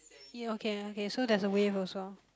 ya okay okay so there's a wave also